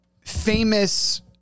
famous